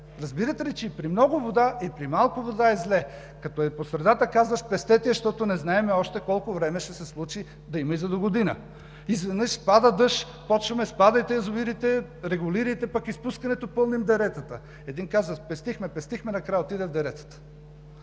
Разбирате ли, че и при много вода, и при малко вода е зле. Като е по средата, казва: пестете я, защото не знаем още колко време ще се случи, да има и за догодина. Изведнъж пада дъжд, започваме: спадайте язовирите, регулирайте изпускането, пълним деретата. Едни казват: спестихме, спестихме, накрая отиде в деретата.